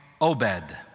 Obed